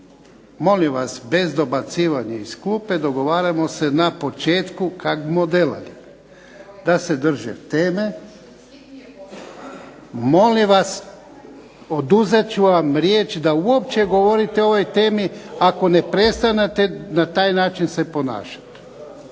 Molim vas bez dobacivanja iz klupe, dogovaramo se na početku kak bumo delali, da se drže teme. Molim vas, oduzet ću vam riječ da uopće govorite o ovoj temi ako ne prestanete na taj način se ponašati.